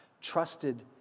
trusted